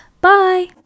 Bye